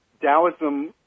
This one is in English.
Taoism